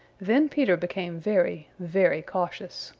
then peter became very, very cautious.